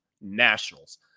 Nationals